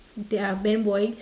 their band boy